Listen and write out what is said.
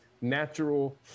natural